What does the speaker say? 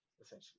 essentially